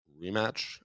rematch